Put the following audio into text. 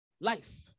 life